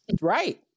Right